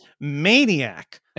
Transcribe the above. Maniac